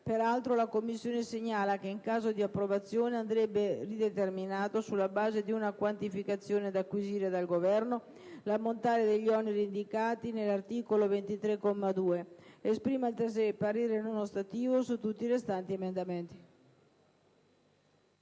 Pertanto la Commissione segnala che, in caso di loro approvazione, andrebbe rideterminato, sulla base di una quantificazione da acquisire dal Governo, l'ammontare degli oneri indicati nell'articolo 23, comma 2. Esprime, altresì, parere non ostativo su tutti i restanti emendamenti».